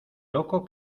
loco